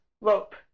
rope